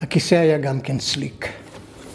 ‫הכיסא היה גם כן סליק.